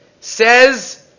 says